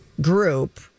group